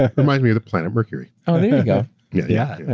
ah reminds me of the planet mercury. oh there yeah yeah yeah